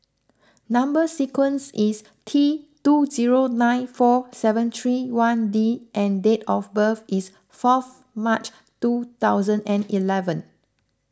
Number Sequence is T two zero nine four seven three one D and date of birth is fourth March two thousand and eleven